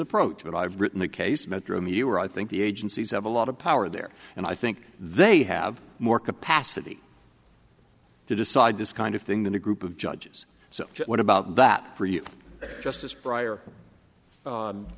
approach but i've written the case metromedia where i think the agencies have a lot of power there and i think they have more capacity to decide this kind of thing than a group of judges so what about that for you justice brier